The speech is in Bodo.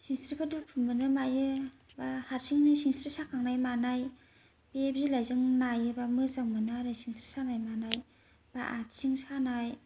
सिंस्रिफ्राव दुखु मोनो मायो बा हारसिङै सिंस्रि साखांनाय मानाय बे बिलाइजों नायोबा मोजां मोनो आरो सिंस्रि सानाय मानाय बा आथिं सानाय